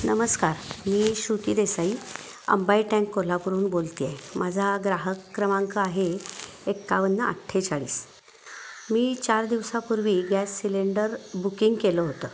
नमस्कार मी श्रुती देसाई अंबाई टँक कोल्हापूरहून बोलते आहे माझा ग्राहक क्रमांक आहे एकावन्न अठ्ठेचाळीस मी चार दिवसापूर्वी गॅस सिलेंडर बुकिंग केलं होतं